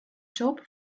shop